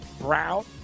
Brown